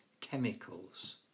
chemicals